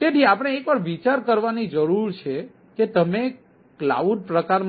તેથી આપણે એકવાર વિચારવાની જરૂર છે કે તમે કલાઉડ પ્રકાર